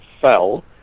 fell